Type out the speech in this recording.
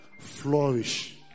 Flourish